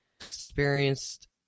experienced